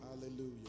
Hallelujah